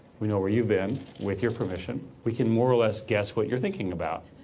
we know where you've been, with your permission. we can more or less guess what you're thinking about.